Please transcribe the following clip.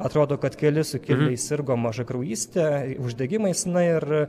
atrodo kad keli sukilėliai sirgo mažakraujyste uždegimais na ir